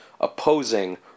opposing